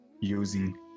using